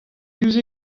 diouzh